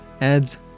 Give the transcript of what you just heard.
adds